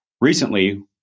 recently